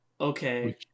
Okay